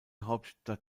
hauptstraße